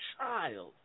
child